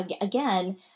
again